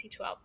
2012